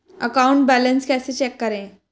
Account balance कैसे check करें?